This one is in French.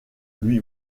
lui